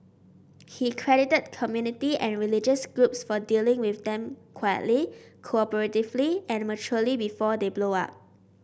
he credited community and religious groups for dealing with them quietly cooperatively and maturely before they blow up